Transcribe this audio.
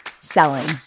selling